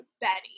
Betty